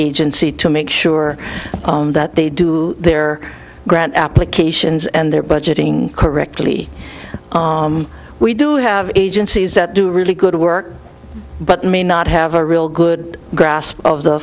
agency to make sure that they do their grant applications and their budgeting correctly we do have agencies that do really good work but may not have a real good grasp of the